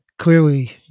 Clearly